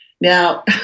Now